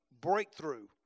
breakthrough